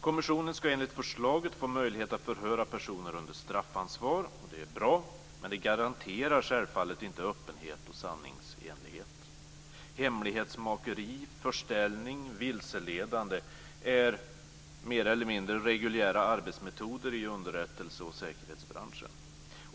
Kommissionen ska enligt förslaget få möjlighet att förhöra personer under straffansvar. Det är bra men det garanterar självfallet inte öppenhet och sanningsenlighet. Hemlighetsmakeri, förställning och vilseledande är mer eller mindre reguljära arbetsmetoder i underrättelse och säkerhetsbranschen.